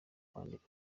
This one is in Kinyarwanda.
kwandika